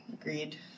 Agreed